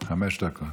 דקות.